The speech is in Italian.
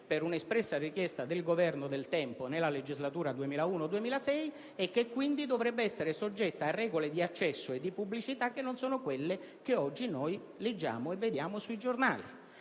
per un'espressa richiesta del Governo del tempo, nella legislatura 2001-2006, e che quindi dovrebbe essere soggetta a regole di accesso e di pubblicità che non sono quelle che oggi leggiamo sui giornali.